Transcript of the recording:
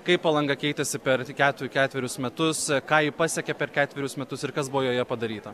kai palanga keitėsi per ketu ketverius metus ką ji pasiekė per ketverius metus ir kas buvo joje padaryta